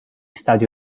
stati